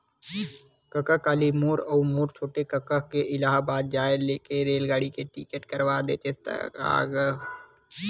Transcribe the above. कका काली मोर अऊ मोर छोटे कका के इलाहाबाद जाय के रेलगाड़ी के टिकट करवा देतेस का गो